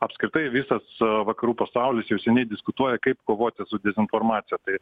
apskritai visas vakarų pasaulis jau seniai diskutuoja kaip kovoti su dezinformacija tai